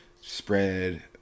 spread